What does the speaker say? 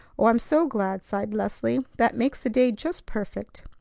oh, i'm so glad! sighed leslie. that makes the day just perfect.